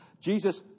Jesus